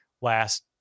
last